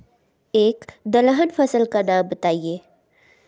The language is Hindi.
एक दलहन फसल का नाम बताइये